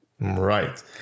Right